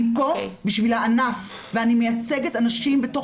אני פה בשביל הענף ואני מייצגת אנשים בתוך